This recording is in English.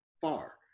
far